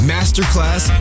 Masterclass